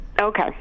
Okay